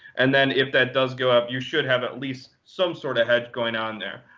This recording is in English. and then if that does go up, you should have at least some sort of hedge going on there.